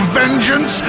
vengeance